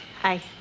Hi